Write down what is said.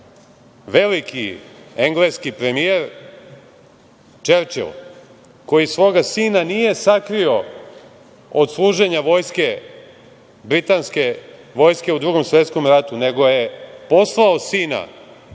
veliki engleski premijer Čerčil, koji svoga sina nije sakrio od služenja vojske, Britanske vojske u Drugom svetskom ratu, nego je poslao sina